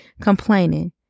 complaining